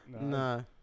No